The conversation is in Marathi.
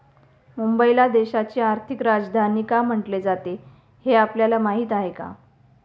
मुंबईला देशाची आर्थिक राजधानी का म्हटले जाते, हे आपल्याला माहीत आहे का?